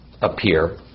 appear